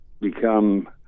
become